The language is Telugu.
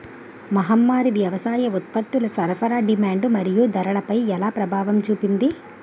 మహమ్మారి వ్యవసాయ ఉత్పత్తుల సరఫరా డిమాండ్ మరియు ధరలపై ఎలా ప్రభావం చూపింది?